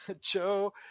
Joe